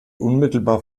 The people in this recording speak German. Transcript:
unmittelbar